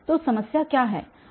तो समस्या क्या है